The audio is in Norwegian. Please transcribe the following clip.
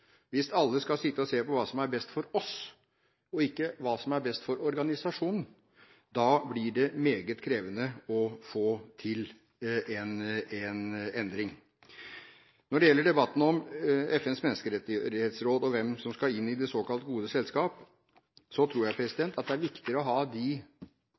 Hvis alle skal sitte og se på hva som er best for seg, og ikke på hva som er best for organisasjonen, blir det meget krevende å få til en endring. Når det gjelder debatten om FNs menneskerettighetsråd og om hvem som skal inn i det såkalt gode selskap, tror jeg det er viktigere å ha